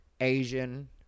Asian